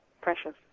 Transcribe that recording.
precious